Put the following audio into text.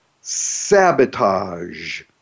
sabotage